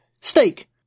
Steak